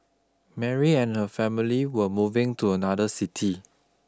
Mary and her family were moving to another city